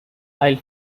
i’ll